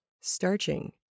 starching